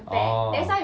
orh